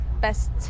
best